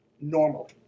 normally